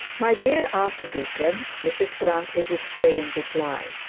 my dear archdeacon mrs grantly would say in reply,